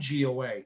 GOA